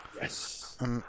Yes